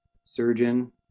surgeon